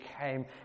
came